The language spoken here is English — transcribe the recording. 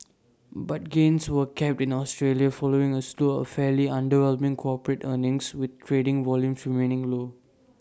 but gains were capped in Australia following A slew of fairly underwhelming corporate earnings with trading volumes remaining low